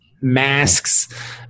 masks